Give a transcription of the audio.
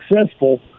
successful